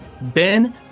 Ben